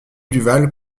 duval